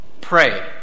Pray